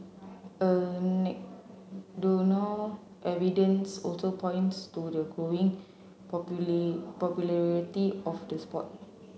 anecdotal evidence also points to the growing popularity of the sport